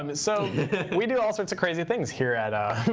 um and so we do all sorts of crazy things here at,